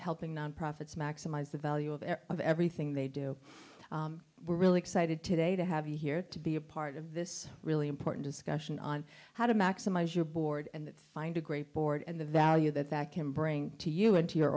helping nonprofits maximize the value of any of everything they do we're really excited today to have you here to be a part of this really important discussion on how to maximize your board and find a great board and the value that that can bring to you and to your